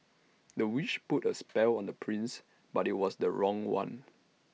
the witch put A spell on the prince but IT was the wrong one